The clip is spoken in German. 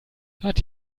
hat